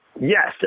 Yes